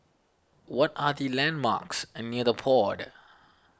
what are the landmarks near the Pod